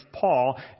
Paul